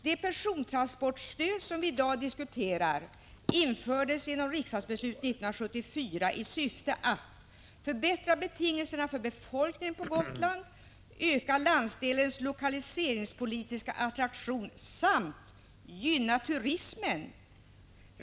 Det persontransportstöd vi i dag diskuterar infördes genom riksdagsbeslut 1974 i syfte att förbättra betingelserna för befolkningen på Gotland, öka landsdelens lokaliseringspolitiska attraktion samt gynna turismen.